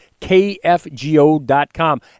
KFGO.com